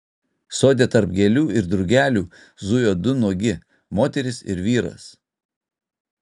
sode tarp gėlių ir drugelių zujo du nuogi moteris ir vyras